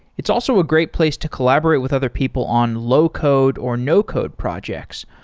it's also a great place to collaborate with other people on low code, or no code projects,